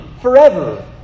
forever